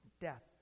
death